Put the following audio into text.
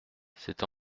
c’est